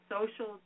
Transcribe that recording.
social